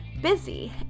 busy